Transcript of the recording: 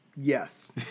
Yes